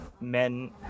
Men